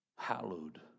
hallowed